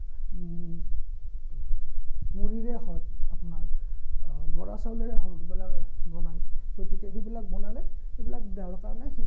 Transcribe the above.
মুড়িৰে হওক আপোনাৰ বৰা চাউলেৰে হওক এইবিলাক বনায় গতিকে সেইবিলাক বনালে এইবিলাক দেহৰ কাৰণে সিমান